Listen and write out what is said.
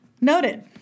Noted